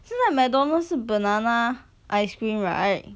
现在 mcdonald's 是 banana ice cream right